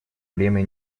время